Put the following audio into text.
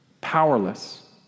Powerless